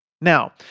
Now